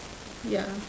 ya